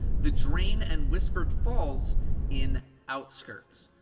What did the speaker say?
the drain and whispered falls in outskirts.